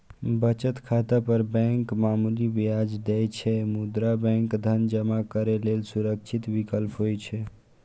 बचत खाता पर बैंक मामूली ब्याज दै छै, मुदा बैंक धन जमा करै लेल सुरक्षित विकल्प होइ छै